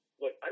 look